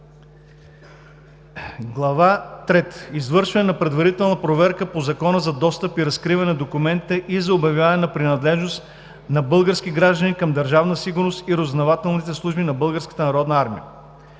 III. Извършване на предварителна проверка по Закона за достъп и разкриване на документите и за обявяване на принадлежност на български граждани към Държавна сигурност и разузнавателните служби на